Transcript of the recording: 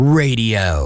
radio